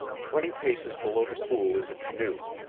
twenty paces below the pool is a canoe.